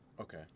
Okay